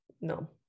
no